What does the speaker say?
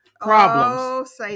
problems